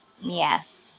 Yes